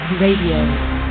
Radio